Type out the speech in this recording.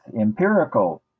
empirical